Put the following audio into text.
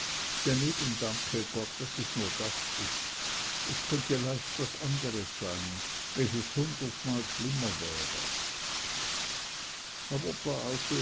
daneben danke gott daß es nur das ist es könnte leicht was anders sein welches hundertmal schlimmer wäre aber